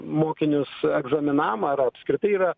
mokinius egzaminam ar apskritai yra